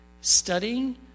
studying